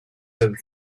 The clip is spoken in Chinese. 政府